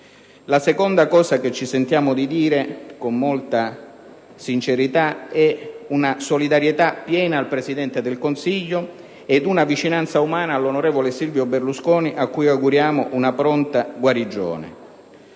sentimenti che ci sentiamo di esprimere con molta sincerità sono una solidarietà piena al Presidente del Consiglio e una vicinanza umana all'onorevole Silvio Berlusconi, a cui auguriamo una pronta guarigione.